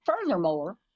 Furthermore